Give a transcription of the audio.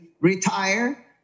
retire